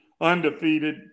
undefeated